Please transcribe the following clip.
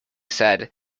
said